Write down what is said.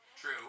True